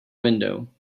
window